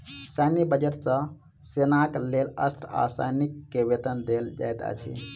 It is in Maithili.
सैन्य बजट सॅ सेनाक लेल अस्त्र आ सैनिक के वेतन देल जाइत अछि